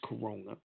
Corona